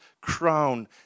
crown